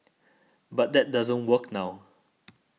but that doesn't work now